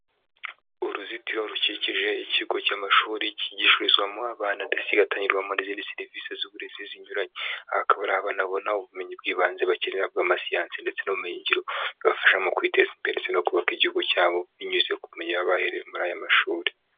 Uruzitiro rukikije ikigo cy'amashuri cyigishirizwamo abana, ndetse kigatangirwamo n'izindi serivisi z'uburezi zinyuranye, aha hakaba hari abana babona ubumenyi bw'ibanze bakenera bw'amasiyansi ndetse n'ubumenyingiro, bibafasha mu kwiteza imbere ndetse no kubaka igihugu cyabo binyuze ku bumenyi baherewe muri aya mashuri.